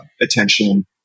attention